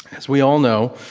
as we all know,